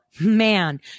man